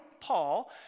Paul